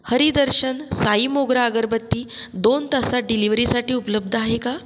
हरी दर्शन साई मोगरा अगरबत्ती दोन तासांत डिलिव्हरीसाठी उपलब्ध आहे का